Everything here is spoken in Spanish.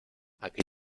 aquí